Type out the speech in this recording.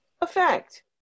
effect